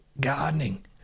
gardening